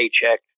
paycheck